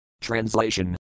Translation